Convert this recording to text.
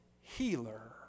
healer